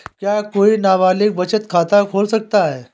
क्या कोई नाबालिग बचत खाता खोल सकता है?